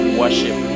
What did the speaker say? worship